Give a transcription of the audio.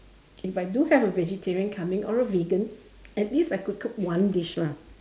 if I do have a vegetarian coming or a vegan at least I could cook one dish lah